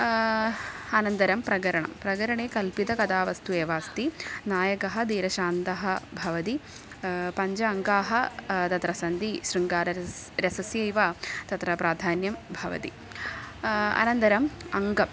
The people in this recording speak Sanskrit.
अनन्तरं प्रकरणं प्रकरणे कल्पितकथावस्तु एव अस्ति नायकः धीरशान्तः भवति पञ्च अङ्काः तत्र सन्ति शृङ्गाररसः रसस्यैव तत्र प्राधान्यं भवति अनन्तरम् अङ्गं